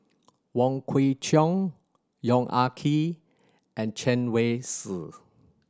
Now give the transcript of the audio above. Wong Kwei Cheong Yong Ah Kee and Chen Wen Hsi